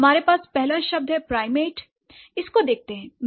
हमारे पास पहला शब्द है प्राइमेट l इसको देखते हैं l